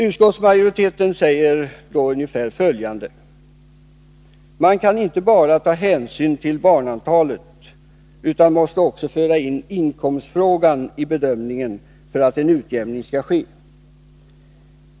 Utskottsmajoriteten säger ungefär följande: Man kan inte bara ta hänsyn till barnantalet utan måste också föra in inkomstfrågan i bedömningen för att en utjämning skall ske.